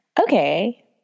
Okay